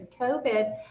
COVID